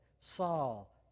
Saul